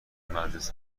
مجلس